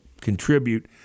contribute